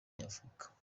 nyafurika